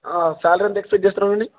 salary ఎంత expect చేస్తారామండి